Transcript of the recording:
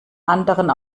anderen